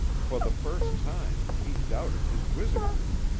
for the first time, he doubted his wizardry,